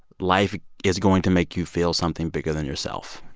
life is going to make you feel something bigger than yourself.